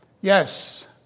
Yes